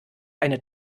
eine